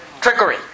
Trickery